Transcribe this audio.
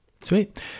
Sweet